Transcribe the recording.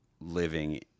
living